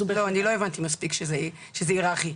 לא, אני לא הבנתי מספיק שזה היררכי.